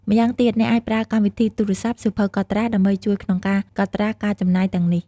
ម្យ៉ាងទៀត អ្នកអាចប្រើកម្មវិធីទូរស័ព្ទ សៀវភៅកត់ត្រា ដើម្បីជួយក្នុងការកត់ត្រាការចំណាយទាំងនេះ។